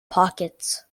pockets